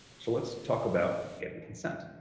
so let's talk about getting consent.